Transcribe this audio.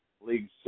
league's